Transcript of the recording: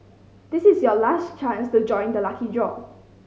this is your last chance to join the lucky draw